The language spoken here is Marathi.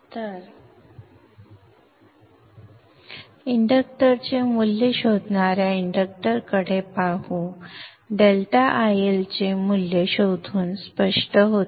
तर इंडक्टरचे मूल्य शोधणाऱ्या इंडक्टरकडे पाहू ∆IL चे मूल्य शोधून स्पष्ट होते